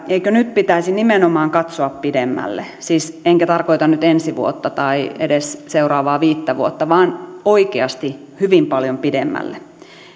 eikö nyt pitäisi nimenomaan katsoa pidemmälle enkä siis tarkoita nyt ensi vuotta tai edes seuraavaa viittä vuotta vaan oikeasti hyvin paljon pidemmälle